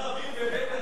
אחרי הרבים בבית-הדין,